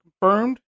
confirmed